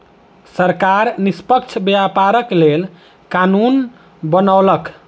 सरकार निष्पक्ष व्यापारक लेल कानून बनौलक